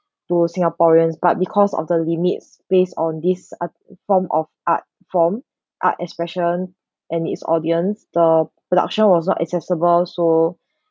to singaporeans but because of the limits based on this art form of art form art expression and its audience the production was not accessible so